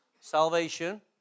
Salvation